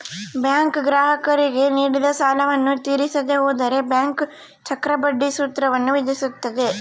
bank ಗ್ರಾಹಕರಿಗೆ ನೀಡಿದ ಸಾಲವನ್ನು ತೀರಿಸದೆ ಹೋದರೆ ಬ್ಯಾಂಕ್ ಚಕ್ರಬಡ್ಡಿ ಸೂತ್ರವನ್ನು ವಿಧಿಸುತ್ತದೆ